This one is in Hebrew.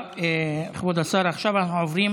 כבוד השר, עכשיו אנחנו עוברים